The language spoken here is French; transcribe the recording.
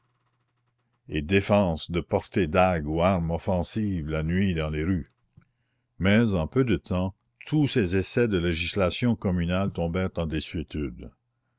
et défense de porter dagues ou armes offensives la nuit dans les rues mais en peu de temps tous ces essais de législation communale tombèrent